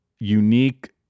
Unique